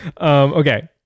Okay